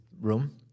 room